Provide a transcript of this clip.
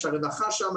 יש את הרווחה שם,